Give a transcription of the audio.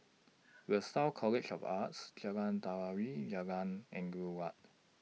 Lasalle College of Arts Jalan Telawi and Jalan Angin Laut